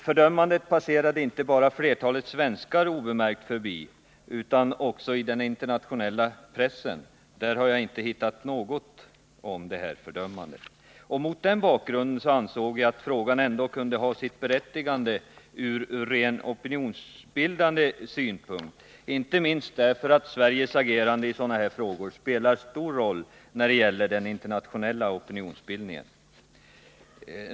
Fördömandet passerade obemärkt förbi inte bara flertalet svenskar utan också den internationella pressen, där jag inte hittat något om detta fördömande. Mot den bakgrunden ansåg jag att frågan ändå kunde ha sitt berättigande ur ren opinionsbildningssynpunkt, inte minst därför att Sveriges agerande i sådana här frågor spelar stor roll när det gäller den internationella opinionsbildningen.